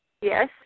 Yes